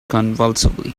convulsively